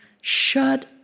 shut